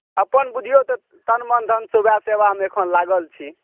अपन बुझियौ तऽ तन मन धन से उएह सेवामे एखन लागल छी